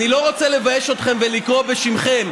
אני לא רוצה לבייש אתכם ולקרוא בשמכם,